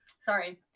sorry